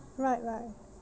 right right